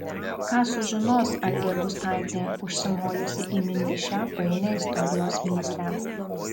ką sužinos algė gustaitė užsimojusi įminti šią painią istorijos mįslę